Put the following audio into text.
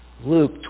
Luke